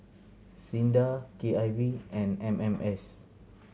SINDA K I V and M M S